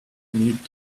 need